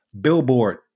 Billboard